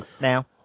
now